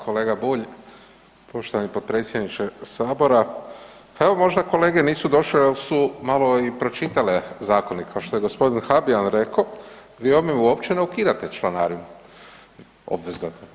Kolega Bulj, poštovani potpredsjedniče sabora, pa evo možda kolege nisu došle jel su malo i pročitale zakonik kao što je g. Habijen reko, vi ovim uopće ne ukidate članarinu obveznu.